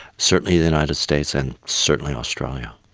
certainly the united states and certainly australia.